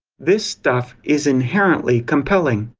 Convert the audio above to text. this stuff is inherently compelling.